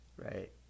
Right